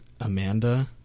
Amanda